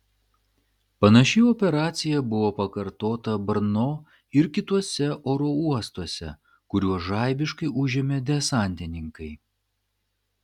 panaši operacija buvo pakartota brno ir kituose oro uostuose kuriuos žaibiškai užėmė desantininkai